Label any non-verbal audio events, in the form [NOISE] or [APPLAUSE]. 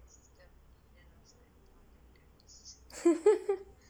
[LAUGHS]